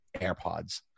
AirPods